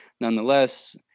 nonetheless